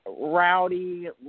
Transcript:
rowdy